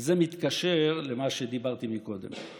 זה מתקשר למה שדיברתי קודם.